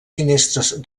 finestres